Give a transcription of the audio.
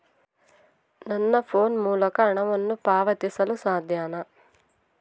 ನನ್ನ ಫೋನ್ ಮೂಲಕ ಹಣವನ್ನು ಪಾವತಿಸಲು ಸಾಧ್ಯನಾ?